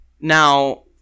now